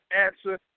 answer